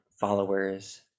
followers